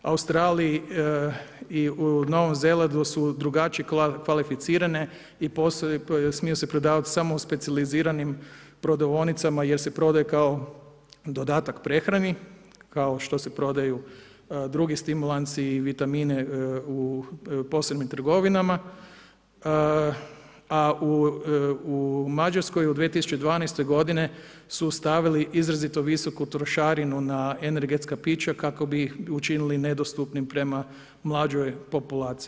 U Australiji i Novom Zelandu su drugačije kvalificirane i smiju se prodavati samo u specijaliziranim prodavaonicama jer se prodaje kao dodatak prehrani, kao što se prodaju drugi stimulansi i vitamini u posebnim trgovinama, a u Mađarskoj u 2012. godini su stavili izrazito visoku trošarinu na energetska pića kako bi ih učinili nedostupnim prema mlađoj populaciji.